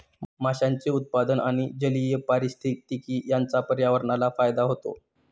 माशांचे उत्पादन आणि जलीय पारिस्थितिकी यांचा पर्यावरणाला फायदा होतो